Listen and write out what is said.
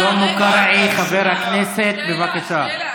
שלמה קרעי, חבר הכנסת, בבקשה.